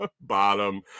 Bottom